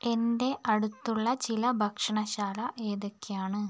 എന്റെ അടുത്തുള്ള ചില ഭക്ഷണശാല ഏതൊക്കെയാണ്